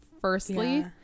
firstly